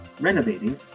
renovating